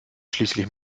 schließlich